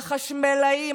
החשמלאים,